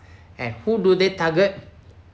and who do they target